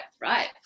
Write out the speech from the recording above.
right